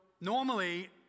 normally